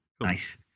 Nice